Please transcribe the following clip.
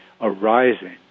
arising